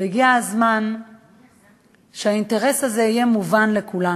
והגיע הזמן שהאינטרס הזה יהיה מובן לכולנו.